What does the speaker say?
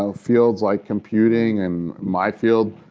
um fields like computing and my field,